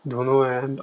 don't know leh